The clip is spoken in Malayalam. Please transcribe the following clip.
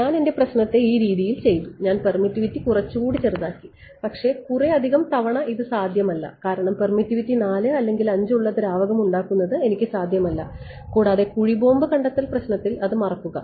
ഞാൻ എൻറെ പ്രശ്നത്തെ ഈ രീതിയിൽ ചെയ്തു ഞാൻ പെർമിറ്റിവിറ്റി കുറച്ചുകൂടി ചെറുതാക്കി പക്ഷേ കുറേ അധികം തവണ ഇത് സാധ്യമല്ല കാരണം പെർമിറ്റിവിറ്റി 4 അല്ലെങ്കിൽ 5 ഉള്ള ഒരു ദ്രാവകം ഉണ്ടാക്കുന്നത് എനിക്ക് സാധ്യമല്ല കൂടാതെ കുഴിബോംബ് കണ്ടെത്തൽ പ്രശ്നത്തിൽ അത് മറക്കുക